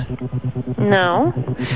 No